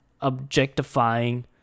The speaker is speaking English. objectifying